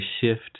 shift